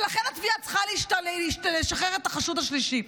ולכן התביעה צריכה לשחרר את החשוד השלישי.